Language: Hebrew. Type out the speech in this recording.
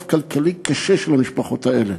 המשפחות האלה